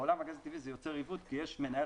בעולם הגז הטבעי זה יוצר עיוות כי יש מנהל